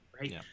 right